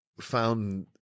found